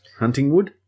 Huntingwood